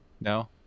No